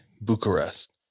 Bucharest